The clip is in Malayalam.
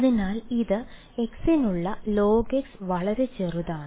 അതിനാൽ ഇത് x നുള്ള log വളരെ ചെറുതാണ്